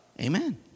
Amen